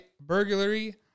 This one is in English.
burglary